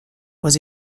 was